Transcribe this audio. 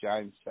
James